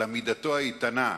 על עמידתו האיתנה,